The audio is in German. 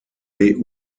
nicht